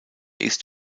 ist